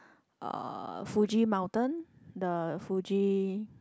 uh Fuji mountain the Fuji